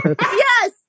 Yes